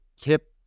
Kip